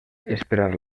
esperar